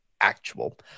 actual